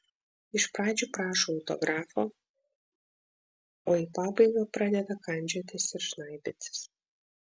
iš pradžių prašo autografo o į pabaigą pradeda kandžiotis ir žnaibytis